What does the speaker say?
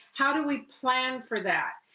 how do we plan for that?